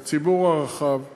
לציבור הרחב ולתקשורת,